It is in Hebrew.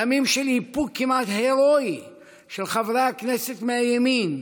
ימים של איפוק כמעט הירואי של חברי הכנסת מהימין,